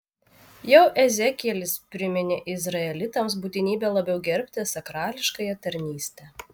jau ezekielis priminė izraelitams būtinybę labiau gerbti sakrališkąją tarnystę